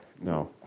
No